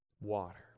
water